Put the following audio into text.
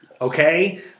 okay